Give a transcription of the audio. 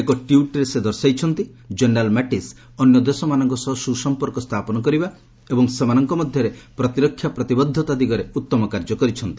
ଏକ ଟ୍ଟିଟ୍ରେ ସେ ଦର୍ଶାଇଛନ୍ତି ଜେନେରାଲ୍ ମାଟିସ୍ ଅନ୍ୟ ଦେଶମାନଙ୍କ ସହ ସୁସମ୍ପର୍କ ସ୍ଥାପନ କରିବା ଏବଂ ସେମାନଙ୍କ ମଧ୍ୟରେ ପ୍ରତିରକ୍ଷା ପ୍ରତିବଦ୍ଧତା ଦିଗରେ ଉତ୍ତମ କାର୍ଯ୍ୟ କରିଛନ୍ତି